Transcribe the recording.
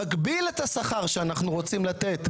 מגביל את השכר שאנחנו רוצים לתת.